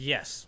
Yes